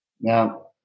Now